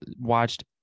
watched